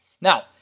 Now